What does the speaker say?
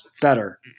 better